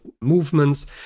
movements